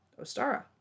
Ostara